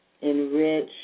enrich